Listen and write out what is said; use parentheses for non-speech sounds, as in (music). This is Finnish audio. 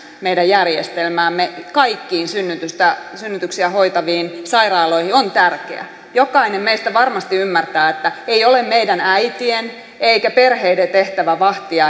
meidän järjestelmäämme kaikkiin synnytyksiä hoitaviin sairaaloihin on tärkeä jokainen meistä varmasti ymmärtää että ei ole meidän äitien eikä perheiden tehtävä vahtia (unintelligible)